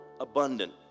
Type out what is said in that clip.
abundant